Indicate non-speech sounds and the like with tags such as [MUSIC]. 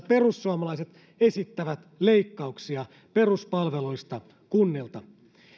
[UNINTELLIGIBLE] perussuomalaiset esittävät leikkauksia peruspalveluista kunnilta